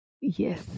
yes